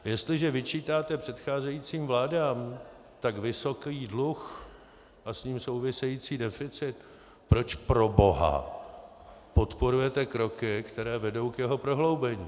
Jestliže vyčítáte předcházejícím vládám tak vysoký dluh a s ním související deficit, proč proboha podporujete kroky, které vedou k jeho prohloubení?